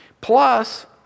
Plus